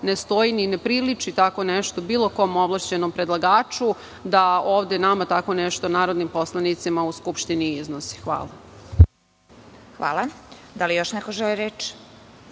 ne stoji i ne priliči tako nešto bilo kom ovlašćenom predlagaču da ovde nama tako nešto, narodnim poslanicima u Skupštini, iznosi. Hvala. **Vesna Kovač** Hvala. Da li još neko želi reč?